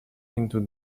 into